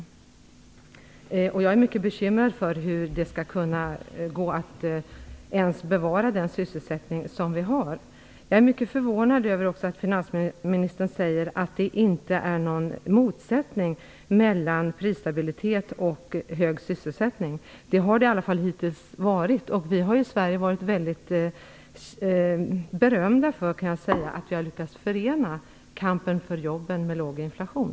Jag är mycket bekymrad för hur det skall kunna gå att ens bevara den sysselsättning som vi har. Jag är också mycket förvånad över att finansministern säger att det inte är någon motsättning mellan prisstabilitet och hög sysselsättning. Det har det i varje fall hittills varit, och vi har i Sverige varit berömda för att vi har lyckats förena kampen för jobben med låg inflation.